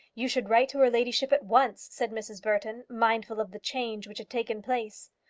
you should write to her ladyship at once, said mrs. burton, mindful of the change which had taken place.